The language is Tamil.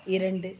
இரண்டு